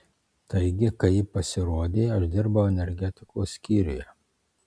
taigi kai ji pasirodė aš dirbau energetikos skyriuje